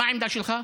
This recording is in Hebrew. מה העמדה שלך?